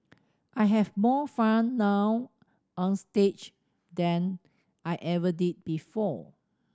I have more fun now onstage than I ever did before